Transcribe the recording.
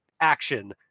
action